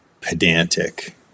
pedantic